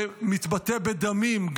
זה מתבטא בדמים,